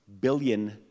billion